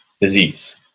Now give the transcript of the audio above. disease